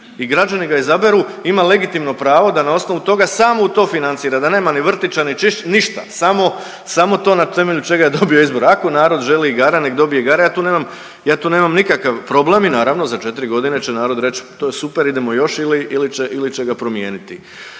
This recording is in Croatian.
i građani ga izaberu ima legitimno pravo da na osnovu toga samo u to financira, da nema ni vrtića, ni ništa samo to na temelju čega je dobio izbore. Ako narod želi igara nek dobije igara ja tu nemam nikakav problem i naravno za četri godine će narod reć to je super idemo još ili će ga promijeniti.